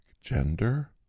gender